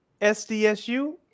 SDSU